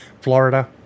Florida